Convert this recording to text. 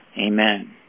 Amen